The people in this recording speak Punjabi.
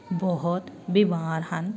ਬਹੁਤ ਬਿਮਾਰ ਹਨ